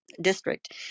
district